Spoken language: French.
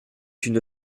une